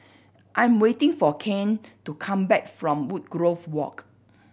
I'm waiting for Kane to come back from Woodgrove Walk